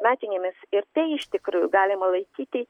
metinėmis ir tai iš tikrųjų galima laikyti